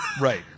Right